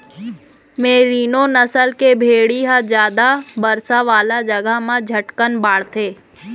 मेरिनों नसल के भेड़ी ह जादा बरसा वाला जघा म झटकन बाढ़थे